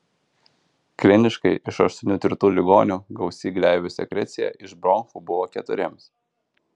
kliniškai iš aštuonių tirtų ligonių gausi gleivių sekrecija iš bronchų buvo keturiems